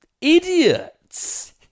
idiots